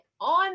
on